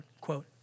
quote